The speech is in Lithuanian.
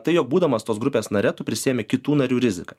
tai jog būdamas tos grupės nare prisiimi kitų narių riziką